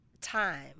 time